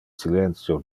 silentio